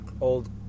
old